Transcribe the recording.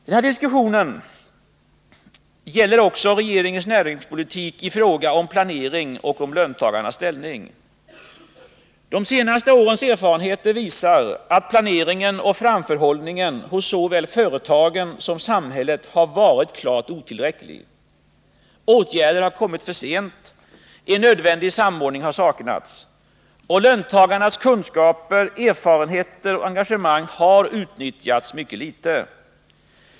Den här diskussionen gäller också regeringens näringspolitik i fråga om planering och löntagarnas ställning. De senaste årens erfarenheter visar att planeringen och framförhållningen hos såväl företagen som samhället har varit klart otillräckliga. Åtgärder har kommit för sent. En nödvändig samordning har saknats. Löntagarnas kunskaper, erfarenheter och engagemang har utnyttjats mycket litet.